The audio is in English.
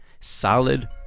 solid